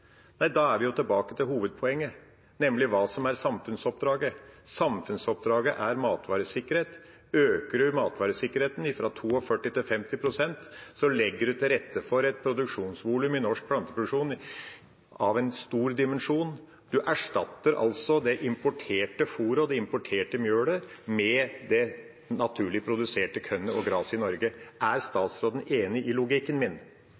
Da er vi jo tilbake til hovedpoenget, nemlig hva som er samfunnsoppdraget. Samfunnsoppdraget er matvaresikkerhet. Øker en matvaresikkerheten fra 42 pst. til 50 pst, legger en til rette for et produksjonsvolum i norsk planteproduksjon av stor dimensjon. En erstatter altså det importerte fôret og det importerte melet med det naturlig produserte kornet og gresset i Norge. Er statsråden enig i logikken min?